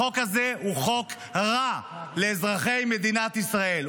החוק הזה הוא חוק רע לאזרחי מדינת ישראל.